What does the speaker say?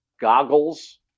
goggles